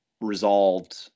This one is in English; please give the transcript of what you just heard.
resolved